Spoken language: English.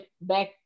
back